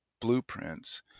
blueprints